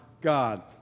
God